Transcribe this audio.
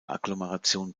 agglomeration